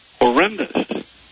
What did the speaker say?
horrendous